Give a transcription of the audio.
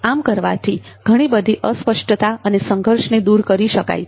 આમ કરવાથી ઘણી બધી અસ્પષ્ટતા અને સંઘર્ષને દૂર કરી શકાય છે